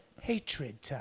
hatred